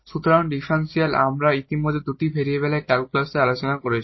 সুতরাং ডিফারেনশিয়াল আমরা ইতিমধ্যে দুটি ভেরিয়েবলের ক্যালকুলাসে আলোচনা করেছি